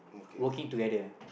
working together